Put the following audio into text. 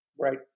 right